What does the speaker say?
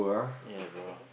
ya bro